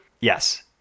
Yes